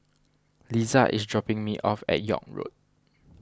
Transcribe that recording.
Liza is dropping me off at York Road